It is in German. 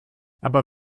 aber